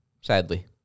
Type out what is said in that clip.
Sadly